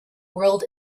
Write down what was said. world